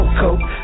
coke